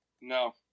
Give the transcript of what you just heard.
No